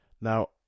now